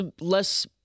less